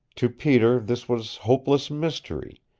to peter this was hopeless mystery,